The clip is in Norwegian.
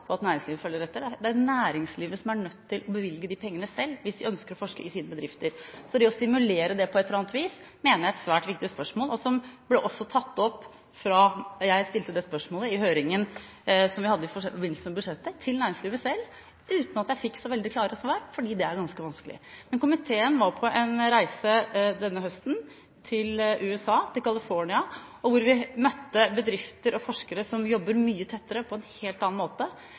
på at næringslivet vil følge etter. Det er næringslivet som er nødt til å bevilge de pengene selv, hvis de ønsker å forske i sine bedrifter. Det å stimulere til det på et eller annet vis mener jeg er et svært viktig spørsmål, og det er også tatt opp. Jeg stilte det spørsmålet til næringslivet selv i høringen som vi hadde i forbindelse med budsjettet, uten at jeg fikk så veldig klare svar, fordi det er ganske vanskelig. Komiteen var på en reise denne høsten til USA, til California, hvor vi møtte bedrifter og forskere som jobber mye tettere, på en helt annen måte.